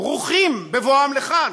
ברוכים בבואם לכאן,